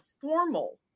formal